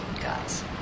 guys